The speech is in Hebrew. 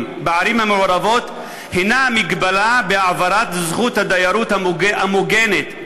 בערים המעורבות היא ההגבלה בהעברת זכות הדיירות המוגנת.